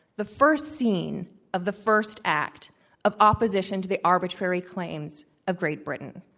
the first scene of the first act of opposition to the arbitrary claims of great britain.